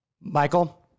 Michael